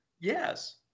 yes